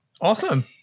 Awesome